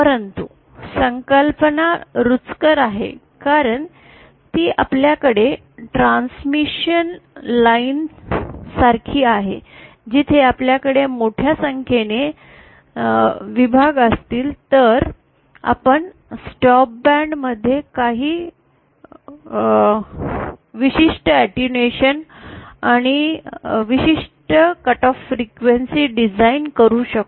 परंतु संकल्पना रुचिकर आहे कारण ती आपल्याकडे ट्रान्समिशन लाईन सारखी आहे जिथे आपल्याकडे मोठ्या संख्येने विभाग असतील तर आपण स्टॉप बँड मध्ये काही विशिष्ट अटेन्यूएशन आणि विशिष्ट कट ऑफ फ्रीक्वेन्सी डिझाइन करू शकतो